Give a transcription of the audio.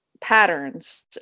patterns